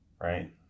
right